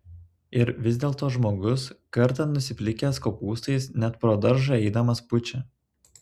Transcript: ir vis dėlto žmogus kartą nusiplikęs kopūstais net pro daržą eidamas pučia